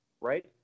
right